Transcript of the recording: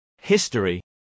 History